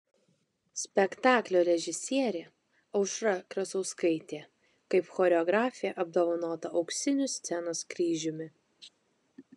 spektaklio režisierė aušra krasauskaitė kaip choreografė apdovanota auksiniu scenos kryžiumi